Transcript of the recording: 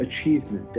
achievement